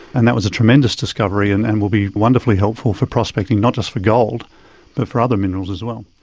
and that was a tremendous discovery and and will be wonderfully helpful for prospecting not just for gold but for other minerals as well.